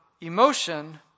emotion